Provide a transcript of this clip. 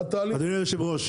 זה תהליך קבלת הרישיון?